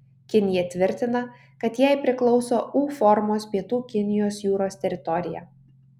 kinija tvirtina kad jai priklauso u formos pietų kinijos jūros teritorija